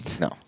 No